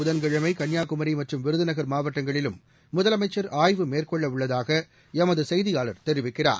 புதன்கிழமை கன்னியாகுமரி மற்றும் விருதுநகர் மாவட்டங்களிலும் முதலமைச்சர் ஆய்வு மேற்கொள்ளவுள்ளதாக எமது செய்தியாளர் தெரிவிக்கிறார்